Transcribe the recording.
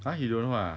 !huh! you don't know ah